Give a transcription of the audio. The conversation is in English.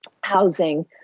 housing